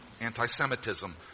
Anti-Semitism